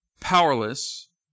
powerless